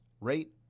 rate